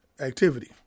activity